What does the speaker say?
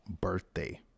birthday